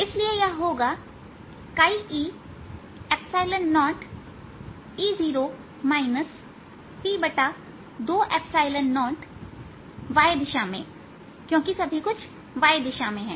इसलिए यह होगा e0y दिशा में क्योंकि सभी कुछ y दिशा में है